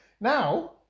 Now